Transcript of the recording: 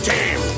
Team